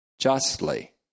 Justly